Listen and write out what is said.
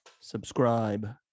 subscribe